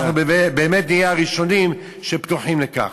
אנחנו באמת נהיה הראשונים שפתוחים לכך.